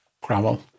gravel